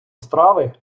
страви